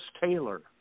Taylor